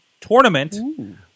tournament